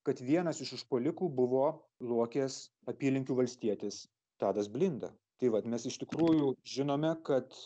kad vienas iš užpuolikų buvo luokės apylinkių valstietis tadas blinda tai vat mes iš tikrųjų žinome kad